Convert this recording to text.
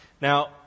Now